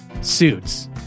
Suits